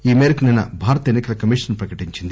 ఈ మేరకు నిన్న భారత ఎన్ని కల కమిషన్ ప్రకటించింది